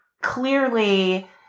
clearly